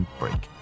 break